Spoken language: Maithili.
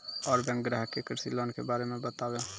और बैंक ग्राहक के कृषि लोन के बारे मे बातेबे?